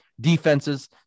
defenses